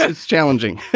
it's challenging.